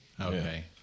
Okay